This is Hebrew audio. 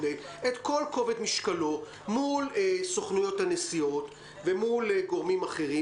את כל כובד משקלו מול סוכנויות הנסיעות ומול גורמים אחרים